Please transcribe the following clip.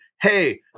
hey